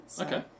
Okay